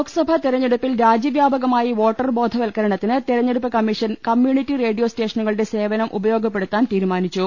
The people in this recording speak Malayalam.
ലോക്സഭാ തെരഞ്ഞെടുപ്പിൽ രാജ്യവ്യാപകമായി വോട്ടർ ബോധ വത്കരണത്തിന് തെരഞ്ഞെടുപ്പ് കമ്മീഷൻ കമ്മ്യൂണിറ്റി റേഡിയോ സ്റ്റേഷനുകളുടെ സേവനം ഉപയോഗപ്പെടുത്താൻ തീരുമാനിച്ചു